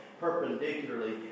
perpendicularly